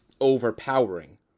overpowering